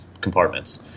compartments